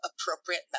appropriate